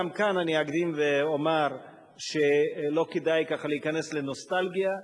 גם כאן אני אקדים ואומר שלא כדאי ככה להיכנס לנוסטלגיה.